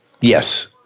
Yes